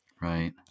Right